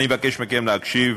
אני מבקש מכם להקשיב,